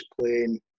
playing